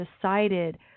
decided